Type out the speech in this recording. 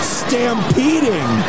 stampeding